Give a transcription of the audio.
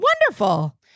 Wonderful